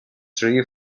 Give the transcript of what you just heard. tree